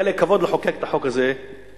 היה לי הכבוד לחוקק את החוק הזה ב-2007,